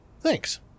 Thanks